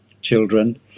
children